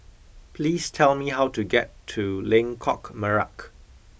please tell me how to get to Lengkok Merak